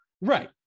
Right